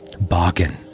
Bargain